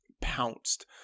pounced